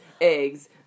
eggs